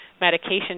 medication